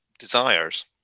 desires